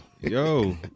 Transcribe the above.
yo